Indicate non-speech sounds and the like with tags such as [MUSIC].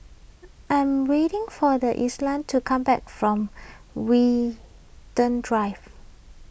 I am waiting for the Islam to come back from [UNINTELLIGIBLE] Drive